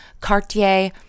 Cartier